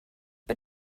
but